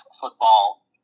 football